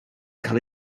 cael